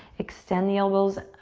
extend the elbows,